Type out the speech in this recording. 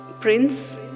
prince